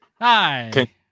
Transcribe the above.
Hi